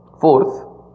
fourth